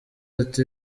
ati